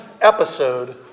episode